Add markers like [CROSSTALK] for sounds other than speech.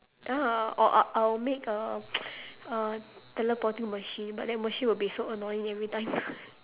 ah or I I'll make a [NOISE] a teleporting machine but that machine will be so annoying every time [LAUGHS]